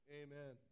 amen